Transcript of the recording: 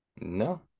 No